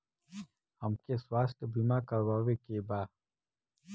हमके स्वास्थ्य बीमा करावे के बा?